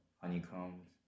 honeycombs